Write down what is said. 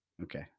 Okay